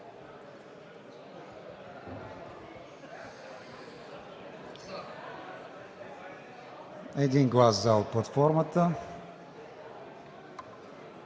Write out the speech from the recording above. Един глас за от платформата.